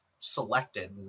selected